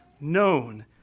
known